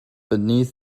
beneath